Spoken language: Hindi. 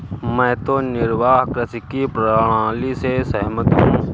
मैं तो निर्वाह कृषि की प्रणाली से सहमत हूँ